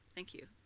thank you.